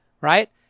right